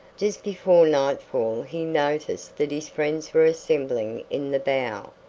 just before nightfall he noticed that his friends were assembling in the bow.